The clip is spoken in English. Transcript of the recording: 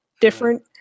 different